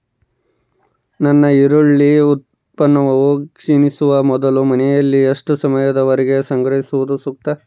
ನನ್ನ ಈರುಳ್ಳಿ ಉತ್ಪನ್ನವು ಕ್ಷೇಣಿಸುವ ಮೊದಲು ಮನೆಯಲ್ಲಿ ಎಷ್ಟು ಸಮಯದವರೆಗೆ ಸಂಗ್ರಹಿಸುವುದು ಸೂಕ್ತ?